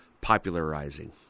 popularizing